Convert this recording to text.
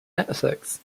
netflix